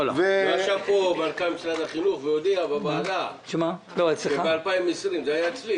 לא ישב בוועדה שלי מנכ"ל משרד החינוך והודיע בוועדה שב-2020 יהיה מענה,